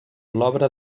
l’obra